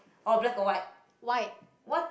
white